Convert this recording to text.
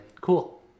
Cool